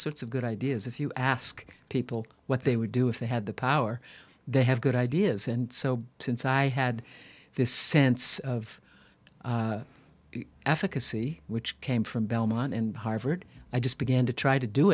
sorts of good ideas if you ask people what they would do if they had the power they have good ideas and so since i had this sense of efficacy which came from belmont and harvard i just began to try to do